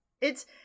It's-